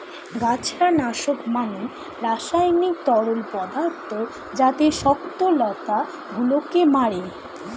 গাছড়া নাশক মানে রাসায়নিক তরল পদার্থ যাতে শক্ত লতা গুলোকে মারে